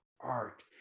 art